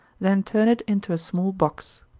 then turn it into a small box.